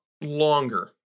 longer